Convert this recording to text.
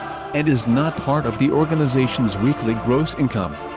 and is not part of the organization's weekly gross income.